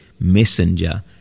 messenger